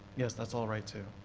yeah that's all right too.